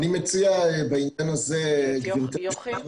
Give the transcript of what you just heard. אני מציע בעניין הזה --- את יוכי?